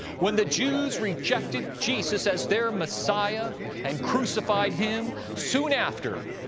when the jews rejected jesus as their messiah and crucified him, soon after,